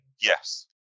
Yes